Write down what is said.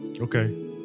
Okay